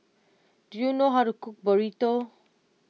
do you know how to cook Burrito